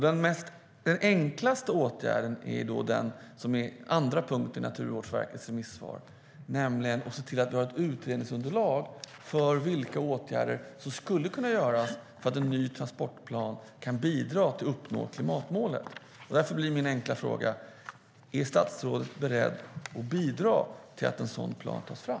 Den enklaste åtgärden är den som är den andra punkten i Naturvårdsverkets remissvar, nämligen att se till att det finns ett utredningsunderlag för vilka åtgärder som skulle kunna vidtas så att en ny transportplan kan bidra till att uppnå klimatmålen. Därför blir min enkla fråga: Är statsrådet beredd att bidra till att en sådan plan tas fram?